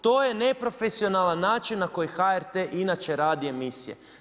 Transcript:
To je neprofesionalan način na koji HRT inače radi emisije.